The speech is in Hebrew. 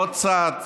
עוד צעד,